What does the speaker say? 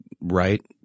right